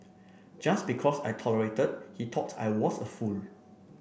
just because I tolerated he thought I was a fool